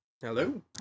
Hello